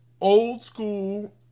old-school